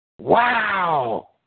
Wow